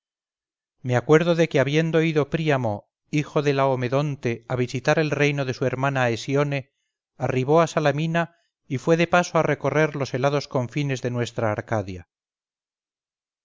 me acuerdo de que habiendo ido príamo hijo de laomedonte a visitar el reino de su hermana hesione arribó a salamina y fue de paso a recorrer los helados confines de nuestra arcadia